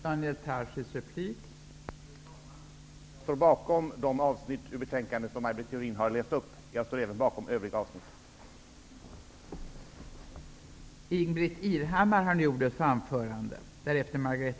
Fru talman! Jag står bakom de avsnitt i betänkandet som Maj Britt Theorin har läst upp. Jag står även bakom övriga avsnitt.